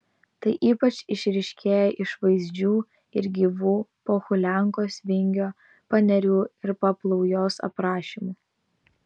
tai ypač išryškėja iš vaizdžių ir gyvų pohuliankos vingio panerių ir paplaujos aprašymų